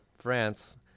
France